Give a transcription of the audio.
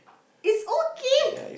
it's okay